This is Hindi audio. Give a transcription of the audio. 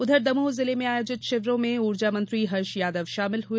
उधर दमोह जिले में आयोजित शिविरों में ऊर्जा मंत्री हर्ष यादव शामिल हुए